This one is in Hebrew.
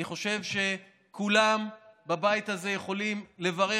אני חושב שכולם בבית הזה יכולים לברך